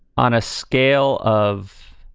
on a scale of